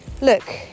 look